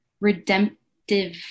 redemptive